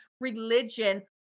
religion